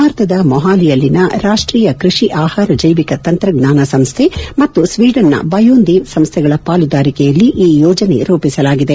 ಭಾರತದ ಮೊಪಾಲಿಯಲ್ಲಿನ ರಾಷ್ಟೀಯ ಕೃಷಿ ಆಪಾರ ಜೈವಿಕ ತಂತ್ರಜ್ಞಾನ ಸಂಸ್ಥೆ ಮತ್ತು ಸ್ವೀಡನ್ನ ಬಯೋನ್ದೇವ್ ಸಂಸ್ಥೆಗಳ ಪಾಲುದಾರಿಕೆಯಲ್ಲಿ ಈ ಯೋಜನೆ ರೂಪಿಸಲಾಗಿದೆ